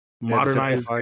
modernize